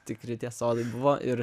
tikri tiesos buvo ir